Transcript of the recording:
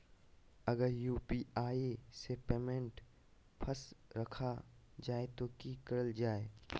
अगर यू.पी.आई से पेमेंट फस रखा जाए तो की करल जाए?